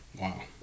Wow